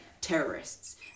terrorists